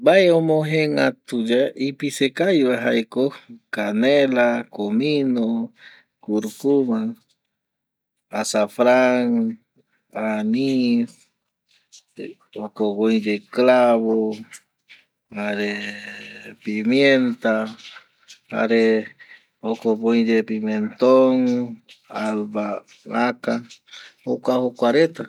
Mbae omojegatu yae ipise kavi va jaeko kanela, komino, urukuma, asafran, ani jokogui oi ye clavo jare, pimienta jare jokope oi ye pimenton albaka jokua jokua reta